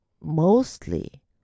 mostly